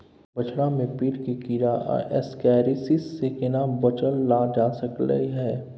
बछरा में पेट के कीरा आ एस्केरियासिस से केना बच ल जा सकलय है?